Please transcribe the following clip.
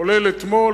כולל אתמול.